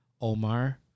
Omar